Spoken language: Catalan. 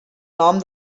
nom